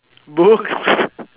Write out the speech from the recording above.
books